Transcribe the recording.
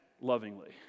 lovingly